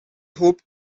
hope